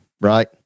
right